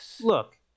look